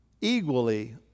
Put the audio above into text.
equally